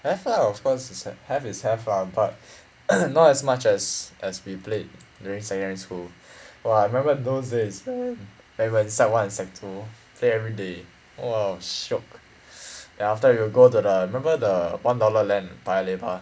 have lah of course is hav~ have is have lah but not as much as as we played during secondary school !wah! I remember those days when we in sec one and sec two play everyday !wah! shiok then after we will go to the remember the one dollar L_A_N at paya lebar